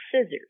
scissors